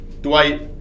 Dwight